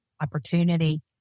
opportunity